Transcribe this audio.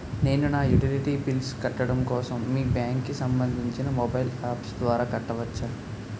నేను నా utility bills కట్టడం కోసం మీ బ్యాంక్ కి సంబందించిన మొబైల్ అప్స్ ద్వారా కట్టవచ్చా?